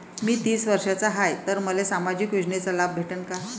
मी तीस वर्षाचा हाय तर मले सामाजिक योजनेचा लाभ भेटन का?